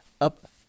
up